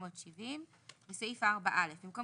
התש"ל-1970 (להלן חוק התגמולים) בסעיף 4א במקום